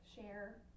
share